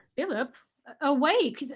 philip awake!